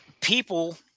people